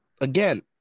again